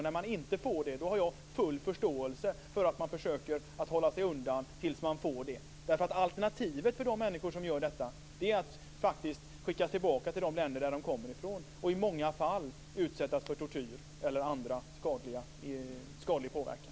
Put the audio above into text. Jag har full förståelse för att man i fall där man inte får en sådan försöker att hålla sig undan tills man lyckats få den. Alternativet för de människor som gör detta är att bli tillbakaskickade till de länder som de kommer ifrån och faktiskt i många fall utsättas för tortyr eller annan skadlig påverkan.